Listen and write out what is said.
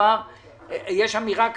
יש אמירה כזאת: